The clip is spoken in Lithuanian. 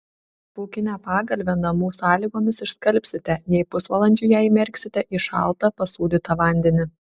pūkinę pagalvę namų sąlygomis išskalbsite jei pusvalandžiui ją įmerksite į šaltą pasūdytą vandenį